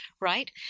right